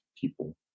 people